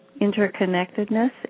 interconnectedness